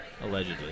allegedly